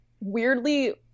weirdly